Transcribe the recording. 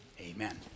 Amen